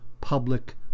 public